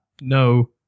No